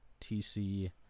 TC